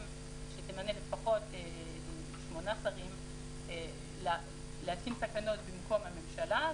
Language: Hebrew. שתימנה לפחות שמונה שרים להתקין תקנות במקום הממשלה.